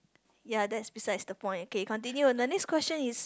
ya that's besides the point okay continue the next question is